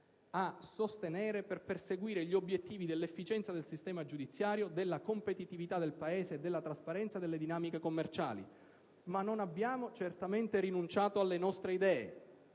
a sostenere per perseguire gli obiettivi dell'efficienza del sistema giudiziario, della competitività del Paese e della trasparenza delle dinamiche commerciali. Ma non abbiamo certamente rinunciato alle nostre idee: